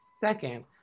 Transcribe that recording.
Second